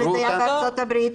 בארצות הברית.